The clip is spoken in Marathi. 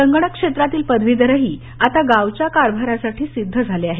संगणक क्षेत्रातील पदवीधर देखील गावच्या कारभारासाठी आता सिद्ध झाले आहेत